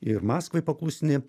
ir maskvai paklusni